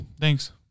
Thanks